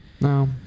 No